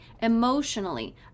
emotionally